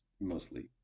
mostly